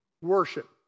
Worship